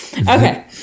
okay